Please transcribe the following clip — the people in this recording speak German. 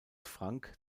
frank